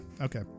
Okay